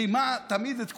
רימה תמיד את כולם.